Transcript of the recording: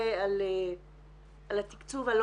על תכנית סדורה של המשרד,